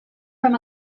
from